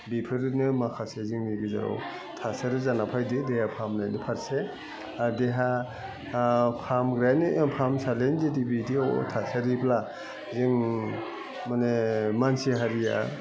बिफोरनो माखासे जोंनि गेजेराव थासारि जाना फैदो देहा फाहामनायनि फारसे देहा फाहामग्रायानो फाहामसालियानो जुदि बिदियाव अथासारिब्ला जों माने मानसि हारिया